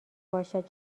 باشد